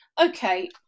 Okay